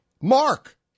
Mark